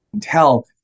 tell